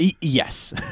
Yes